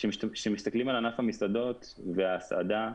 כשמסתכלים על ענף המסעדות וההסעדה,